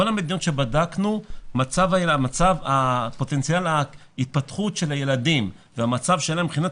בכל המדינות שבדקנו פוטנציאל ההתפתחות של הילדים והמצב שלהם מבחינת